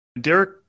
Derek